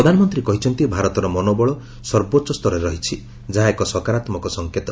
ପ୍ରଧାନମନ୍ତ୍ରୀ କହିଛନ୍ତି ଭାରତର ମନୋବଳ ସର୍ବୋଚ୍ଚସ୍ତରରେ ରହିଛି ଯାହା ଏକ ସକାରତ୍କକ ସଂଙ୍କେତ